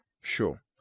Sure